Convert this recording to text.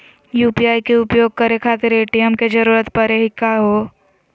UPI के उपयोग करे खातीर ए.टी.एम के जरुरत परेही का हो?